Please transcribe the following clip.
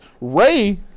Ray